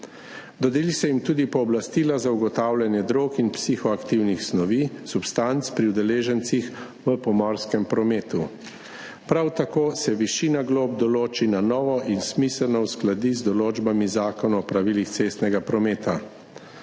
Dodeli se jim tudi pooblastila za ugotavljanje drog in psihoaktivnih substanc pri udeležencih v pomorskem prometu. Prav tako se višina glob določi na novo in smiselno uskladi z določbami zakona o pravilih cestnega prometa.